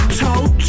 told